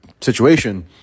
situation